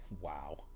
Wow